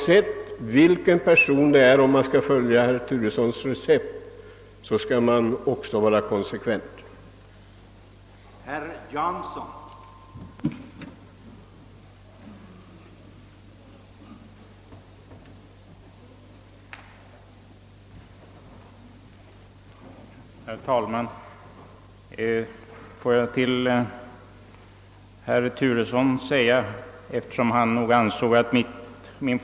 Skall man följa herr Turessons recept, bör man vara konsekvent oavsett vilken person det gäller.